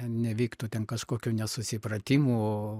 nevyktų ten kažkokių nesusipratimų